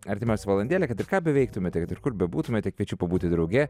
artimiausią valandėlę kad ir ką beveiktumėte kad ir kur bebūtumėte kviečiu pabūti drauge